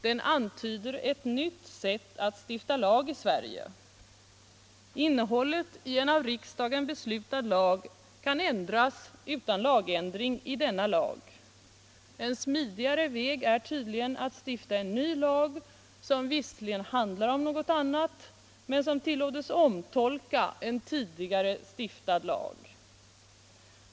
Den antyder ett nytt sätt att stifta lag i Sverige. Innehållet i en av riksdagen beslutad lag kan ändras utan lagändring i denna lag. En smidigare väg är tydligen att stifta en ny lag, som visserligen handlar om något annat men som tillåts omtolka en tidigare stiftad lag.